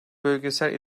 bölgesel